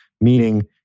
Meaning